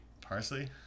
parsley